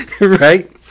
Right